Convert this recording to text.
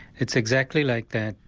it's exactly like that,